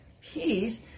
peace